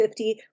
50